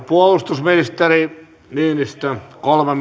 puolustusministeri niinistö kolme